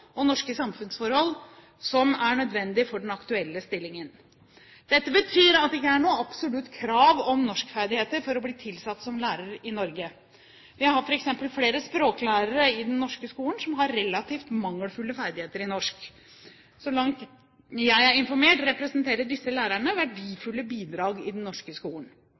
og norske samfunnsforhold som er nødvendige for den aktuelle stillingen. Dette betyr at det ikke er noe absolutt krav om norskferdigheter for å bli tilsatt som lærer i Norge. Vi har f.eks. flere språklærere i den norske skolen som har relativt mangelfulle ferdigheter i norsk. Så langt jeg er informert, representerer disse lærerne verdifulle bidrag i den norske skolen.